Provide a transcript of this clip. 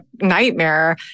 nightmare